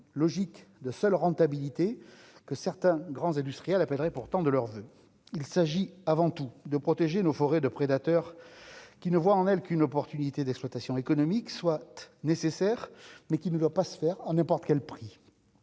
logique de seule rentabilité que certains grands industriels appellerait pourtant de leurs voeux, il s'agit avant tout de protéger nos forêts de prédateurs qui ne voit en elle qu'une opportunité d'exploitation économique soit nécessaire, mais qui ne doit pas se faire, on n'importe quel prix